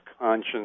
conscience